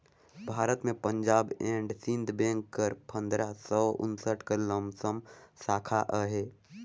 भारत में Punjab and Sind bank कर पंदरा सव उन्सठ कर लमसम साखा अहे